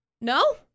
No